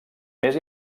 més